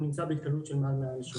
הוא נמצא בהתקהלות של מעל 100 אנשים.